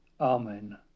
Amen